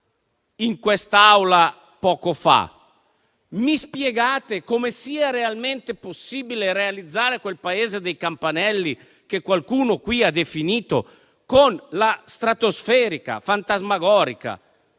irenica. Ma mi spiegate come sia realmente possibile realizzare quel Paese dei campanelli - qualcuno qui lo ha definito con la stratosferica, fantasmagorica,